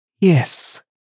Yes